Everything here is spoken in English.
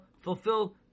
fulfill